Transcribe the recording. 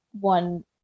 one